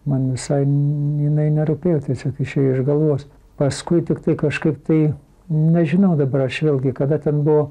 man visai jinai nerūpėjo tiesiog išėjo iš galvos paskui tiktai kažkaip tai nežinau dabar aš vėlgi kada ten buvo